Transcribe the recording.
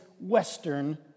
Western